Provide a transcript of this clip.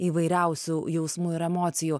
įvairiausių jausmų ir emocijų